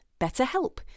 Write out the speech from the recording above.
BetterHelp